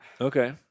Okay